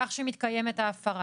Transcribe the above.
לכך שמתקיימת ההפרה.